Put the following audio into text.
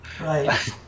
Right